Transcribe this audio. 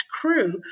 crew